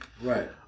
right